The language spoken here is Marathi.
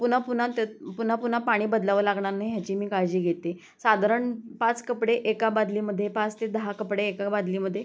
पुन्हा पुन्हा त्या पुन्हा पुन्हा पाणी बदलावं लागणार नाही ह्याची मी काळजी घेते आहे साधारण पाच कपडे एका बादलीमध्ये पाच ते दहा कपडे एका बादलीमध्ये